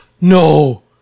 No